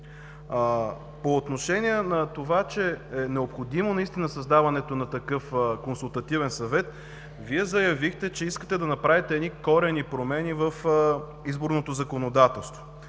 По отношение на необходимостта от създаването на такъв Консултативен съвет, Вие заявихте, че искате да направите коренни промени в изборното законодателство,